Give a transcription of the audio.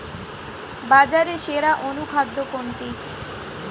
বাজারে সেরা অনুখাদ্য কোনটি?